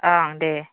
ओं दे